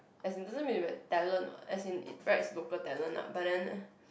as in doesn't mean but talent what as in it writes local talent ah but then